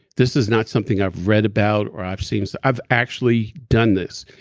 this is not something i've read about or i've seen. so i've actually done this.